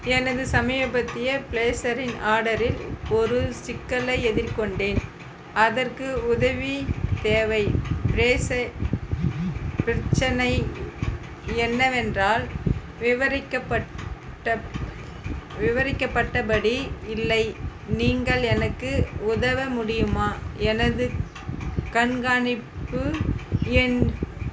எனது சமீபத்திய ப்ளேசரின் ஆர்டரில் ஒரு சிக்கலை எதிர்கொண்டேன் அதற்கு உதவி தேவை வேச பிரச்சினை என்னவென்றால் விவரிக்கப்பட்ட விவரிக்கப்பட்டபடி இல்லை நீங்கள் எனக்கு உதவ முடியுமா எனது கண்காணிப்பு எண்